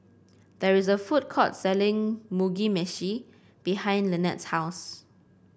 there is a food court selling Mugi Meshi behind Lynnette's house